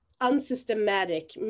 unsystematic